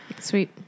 Sweet